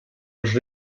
els